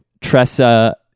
Tressa